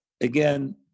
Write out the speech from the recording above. again